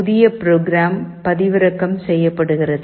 புதிய ப்ரோக்ராம் பதிவிறக்கம் செய்யப்படுகிறது